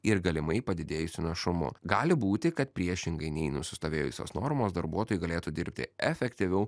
ir galimai padidėjusiu našumu gali būti kad priešingai nei nusistovėjusios normos darbuotojai galėtų dirbti efektyviau